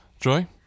Joy